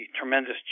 tremendous